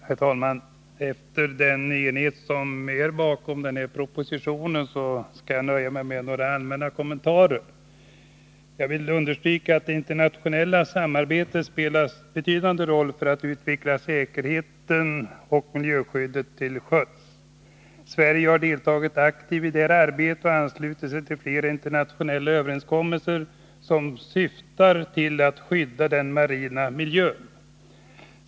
Herr talman! Med hänsyn till den enighet som råder om proposition 119 skall jag nöja mig med att göra några allmänna kommentarer. Jag vill understryka att det internationella samarbetet spelar en betydande roll för att utveckla säkerheten och miljöskyddet till sjöss. Sverige har deltagit aktivt i detta arbete och anslutit sig till flera internationella överenskommelser som syftar till att skydda den marina miljön.